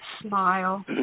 smile